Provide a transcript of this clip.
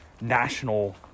national